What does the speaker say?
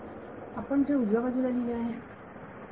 विद्यार्थी सर आपण जे उजव्या बाजूला लिहिले आहे